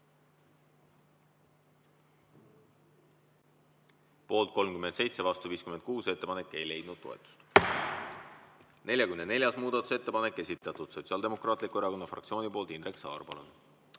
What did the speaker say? Poolt 37, vastu 56. Ettepanek ei leidnud toetust. 44. muudatusettepanek, esitatud Sotsiaaldemokraatliku Erakonna fraktsiooni poolt. Indrek Saar,